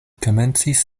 komencis